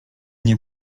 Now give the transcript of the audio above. nie